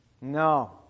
No